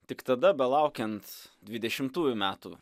tik tada belaukiant dvidešimtųjų metų